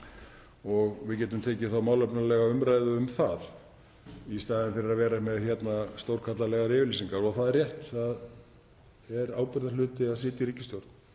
og við getum tekið málefnalega umræðu um það í staðinn fyrir að vera með stórkarlalegar yfirlýsingar. Það er rétt að það er ábyrgðarhluti að sitja í ríkisstjórn.